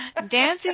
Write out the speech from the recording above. Dancing